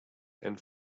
and